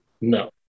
No